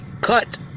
cut